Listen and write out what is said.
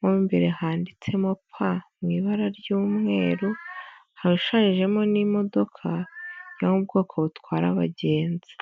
mo mu imbere handitsemo pa mu ibara ry'umweru, hashushanyijemo n'imodoka yo mu bwoko butwara abagenzi,